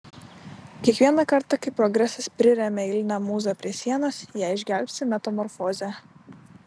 kiekvieną kartą kai progresas priremia eilinę mūzą prie sienos ją išgelbsti metamorfozė